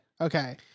Okay